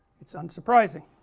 it's unsurprising